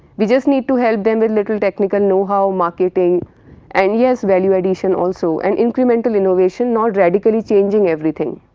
we just need to help them we little technical know-how marketing and yes value addition also, an incremental innovation not radically changing everything.